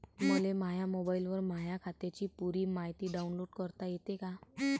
मले माह्या मोबाईलवर माह्या खात्याची पुरी मायती डाऊनलोड करता येते का?